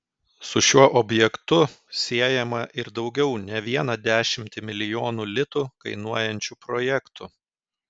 su šiuo objektu siejama ir daugiau ne vieną dešimtį milijonų litų kainuojančių projektų